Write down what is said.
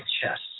chess